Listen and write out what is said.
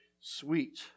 sweet